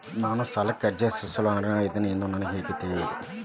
ನಾನು ಸಾಲಕ್ಕೆ ಅರ್ಜಿ ಸಲ್ಲಿಸಲು ಅರ್ಹನಾಗಿದ್ದೇನೆ ಎಂದು ನನಗೆ ಹೇಗೆ ತಿಳಿಯುವುದು?